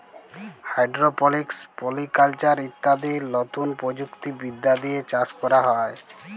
hydroponics, polyculture ইত্যাদি লতুন প্রযুক্তি বিদ্যা দিয়ে চাষ ক্যরা হ্যয়